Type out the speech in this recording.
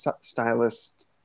stylist